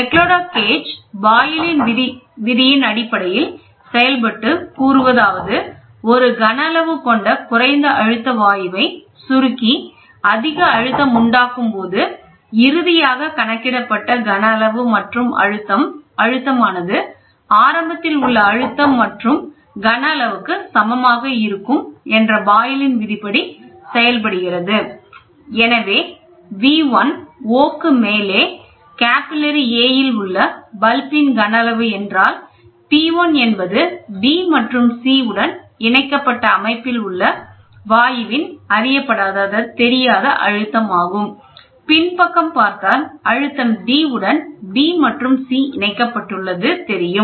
McLeod gauge பாயலின் விதியின் அடிப்படையில் செயல்பட்டு கூறுவதாவது ஒரு கன அளவு கொண்ட குறைந்த அழுத்த வாயுவை சுருக்கி அதிக அழுத்தம் உண்டாகும்போது இறுதியாக கணக்கிடப்பட்ட கன அளவு மற்றும் அழுத்தம் ஆனது ஆரம்பத்தில் உள்ள அழுத்தம் மற்றும் கன அளவுக்கு சமமாக இருக்கும் என்ற பாயலின் விதிப்படி செயல்படுகிறது எனவே V1 என்பது 'O' க்கு மேலே கேபில்லரி A இல் உள்ள பல்பின் கன அளவு என்றால் P1 என்பது B மற்றும் C உடன் இணைக்கப்பட்ட அமைப்பில் உள்ள வாயுவின் அறியப்படாத அழுத்தம் பின் பக்கம் பார்த்தால் அழுத்தம் D உடன் B மற்றும் C இணைக்கப்பட்டுள்ளது தெரியும்